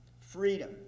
freedom